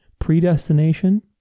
predestination